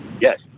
Yes